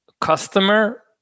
customer